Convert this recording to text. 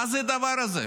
מה זה הדבר הזה?